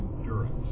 endurance